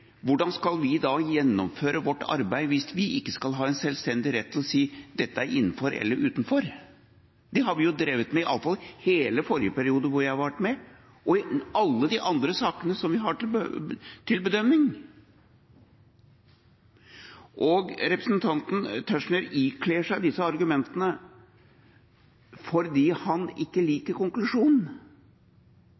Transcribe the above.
Hvordan skal vi gjennomføre vårt arbeid hvis vi ikke skal ha en selvstendig rett til å si at dette er innenfor eller utenfor? Det har vi drevet med i iallfall hele forrige periode som jeg har vært med, og i alle de andre sakene som vi har til bedømming. Representanten Tetzschner ikler seg disse argumentene fordi han ikke liker konklusjonen,